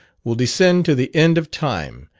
will descend to the end of time,